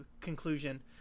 conclusion